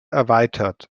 erweitert